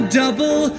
double